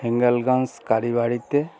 হিঙ্গলগঞ্জ কালী বাড়িতে